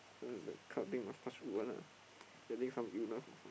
uh this kind of thing must touch wood one ah getting some illness or some